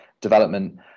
development